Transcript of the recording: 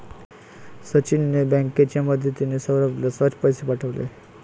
सचिनने बँकेची मदतिने, सौरभला सहज पैसे पाठवले